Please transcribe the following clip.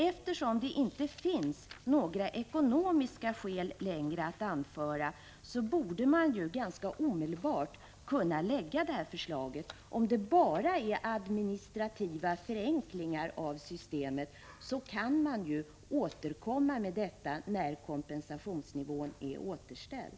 Eftersom det inte längre finns några ekonomiska skäl att anföra borde man ganska omedelbart kunna lägga fram ett sådant förslag. Om det bara är administrativa förenklingar av systemet som fördröjer det kan man ju återkomma med förslag när kompensationsnivån är återställd.